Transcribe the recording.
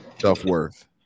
Self-worth